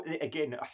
again